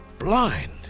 Blind